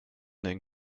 den